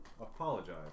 apologize